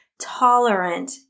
tolerant